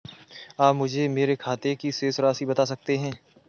आप मुझे मेरे खाते की शेष राशि बता सकते हैं?